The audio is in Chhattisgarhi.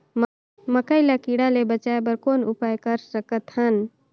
मकई ल कीड़ा ले बचाय बर कौन उपाय कर सकत हन?